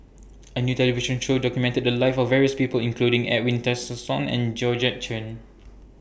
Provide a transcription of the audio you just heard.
A New television Show documented The Lives of various People including Edwin Tessensohn and Georgette Chen